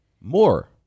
More